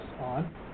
on